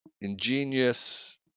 ingenious